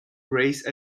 raise